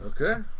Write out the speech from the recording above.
Okay